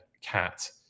cat